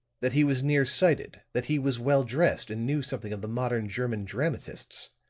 that he was near-sighted, that he was well dressed and knew something of the modern german dramatists.